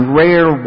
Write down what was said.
rare